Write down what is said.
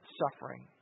suffering